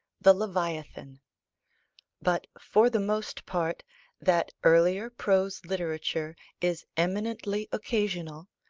the leviathan but for the most part that earlier prose literature is eminently occasional,